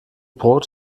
brot